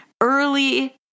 early